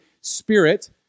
spirit